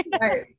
Right